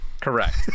Correct